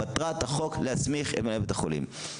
מטרת החוק: להסמיך את מנהלי בתי החולים.